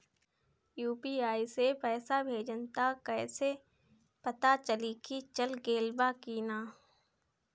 UPI से पइसा भेजम त कइसे पता चलि की चल गेल बा की न?